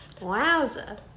Wowza